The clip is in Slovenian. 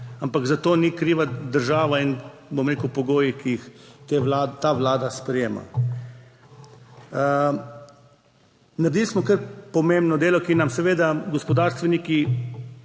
ampak za to ni kriva država in bom rekel, pogoji, ki jih ta vlada sprejema. Naredili smo kar pomembno delo, ki nam seveda gospodarstveniki,